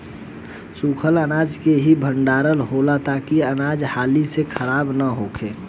सूखल अनाज के ही भण्डारण होला ताकि अनाज हाली से खराब न होखे